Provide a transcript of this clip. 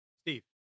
Steve